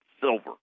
silver